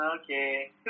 Okay